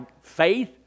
faith